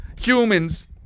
Humans